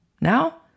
Now